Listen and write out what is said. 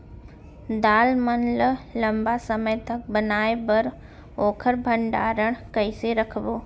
दाल मन ल लम्बा समय तक बनाये बर ओखर भण्डारण कइसे रखबो?